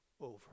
Over